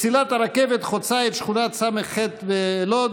מסילת הרכבת חוצה את שכונה ס"ח בלוד,